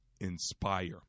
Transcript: inspire